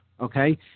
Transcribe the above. Okay